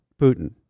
Putin